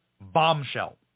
bombshell